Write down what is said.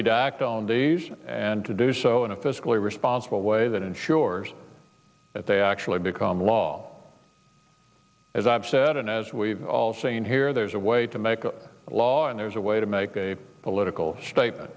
deja and to do so in a fiscally responsible way that ensures that they actually become law as i've said and as we've all seen here there's a way to make a law and there's a way to make a political statement